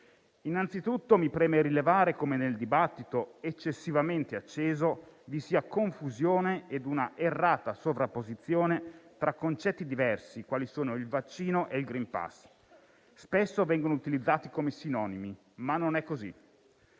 Innanzitutto, mi preme rilevare come nel dibattito eccessivamente acceso vi sia confusione ed un'errata sovrapposizione tra concetti diversi, quali il vaccino e il *green pass*, che spesso vengono utilizzati come sinonimi, ma non è così.